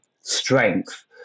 strength